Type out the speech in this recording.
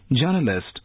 journalist